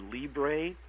libre